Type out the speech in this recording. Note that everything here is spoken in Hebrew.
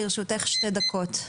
לרשותך שתי דקות.